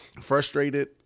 frustrated